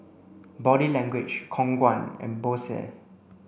Body Language Khong Guan and Bose